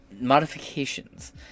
modifications